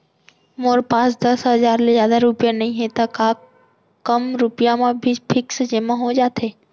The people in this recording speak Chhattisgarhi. मोर पास दस हजार ले जादा रुपिया नइहे त का कम रुपिया म भी फिक्स जेमा हो जाथे?